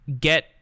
get